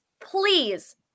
please